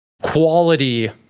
quality